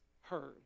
heard